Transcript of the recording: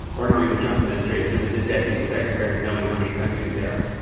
or knowing the trump administration, it was the deputy secretary of knowing how many countries there are.